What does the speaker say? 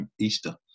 Easter